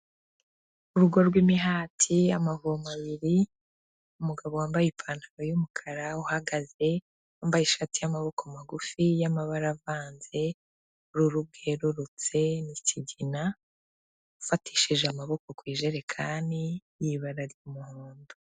Urugo rw'imihati amavomo abiri, umugabo wambaye ipantaro y'umukara uhagaze, wambaye ishati y'amaboko magufi y'amabara avanze ubururu bwererutse n'ikigina, ufatishije amaboko ku ijerekani y'ibara ry'umuhondo.